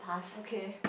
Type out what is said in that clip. okay